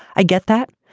i get that.